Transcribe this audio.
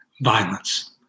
violence